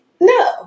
No